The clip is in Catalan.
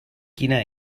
quina